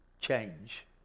change